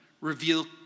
reveal